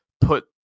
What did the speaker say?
put